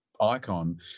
Icon